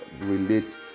relate